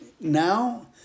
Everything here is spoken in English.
now